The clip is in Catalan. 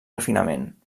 refinament